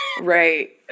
Right